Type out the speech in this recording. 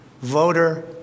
voter